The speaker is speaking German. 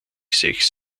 sechs